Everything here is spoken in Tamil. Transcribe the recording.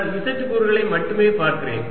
நான் z கூறுகளை மட்டுமே பார்க்கிறேன்